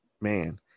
Man